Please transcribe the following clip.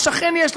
לשכן יש,